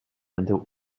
until